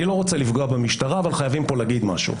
אני לא רוצה לפגוע במשטרה אבל חייבים לומר משהו.